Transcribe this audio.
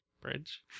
Bridge